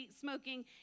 smoking